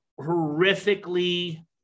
horrifically